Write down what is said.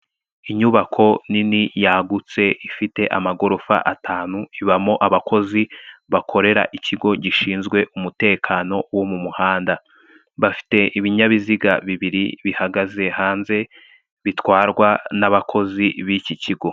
Inyubako nini yaguts ifite amagorofa atanu, ibamo abakozi bakorera ikigo gishinzwe umutekano wo mu muhanda. Bafite ibinyabiziga bibiri bihagaze hanze, bitwarwa n'abakozi b'iki kigo.